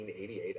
1988